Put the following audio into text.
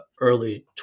early